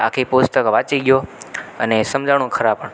આખું પુસ્તક વાંચી ગયો અને સમજાયું ખરું પણ